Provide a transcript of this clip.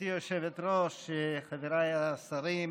נשאלת שאלה, האם החוק הזה עדיין רלוונטי?